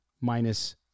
minus